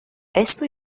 esmu